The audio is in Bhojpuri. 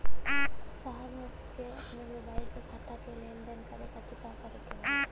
साहब हमके अपने मोबाइल से खाता के लेनदेन करे खातिर का करे के होई?